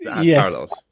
Yes